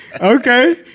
Okay